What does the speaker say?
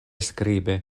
skribe